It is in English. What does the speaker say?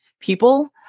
people